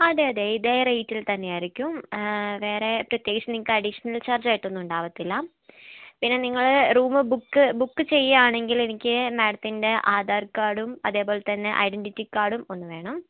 അതെ അതെ ഇതേ റേറ്റിൽ തന്നെയായിരിക്കും വേറെ പ്രത്യേകിച്ച് നിങ്ങൾക്ക് അഡീഷണൽ ചാർജ് ആയിട്ടൊന്നും ഉണ്ടാവത്തില്ല പിന്നെ നിങ്ങൾ റൂം ബുക്ക് ബുക്ക് ചെയ്യുകയാണെങ്കിൽ എനിക്ക് മാഡത്തിൻറെ തന്നെ ആധാർ കാർഡും അതേപോലെ തന്നെ ഐഡൻറ്റിറ്റി കാർഡും ഒന്ന് വേണം